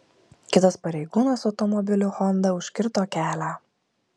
kitas pareigūnas automobiliu honda užkirto kelią